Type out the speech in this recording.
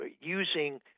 using